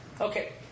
okay